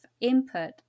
input